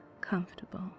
comfortable